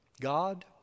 God